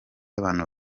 abantu